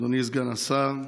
אדוני סגן השר,